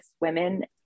women